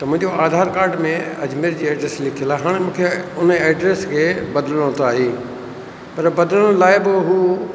त मुंहिंजो आधार कार्ड में अजमेर जी एड्रेस लिखियलु आहे हाणे मूंखे उन एड्रेस खे बदिलणो त आहे ई पर बदिलण लाइ बि उहा